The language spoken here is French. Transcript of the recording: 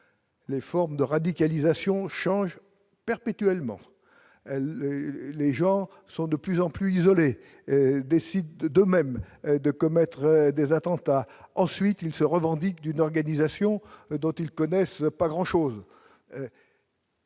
les formes de radicalisation change perpétuellement, les gens sont de plus en plus isolé et décide de de même de commettre des attentats, ensuite il se revendique d'une organisation dont ils connaissent pas grand-chose.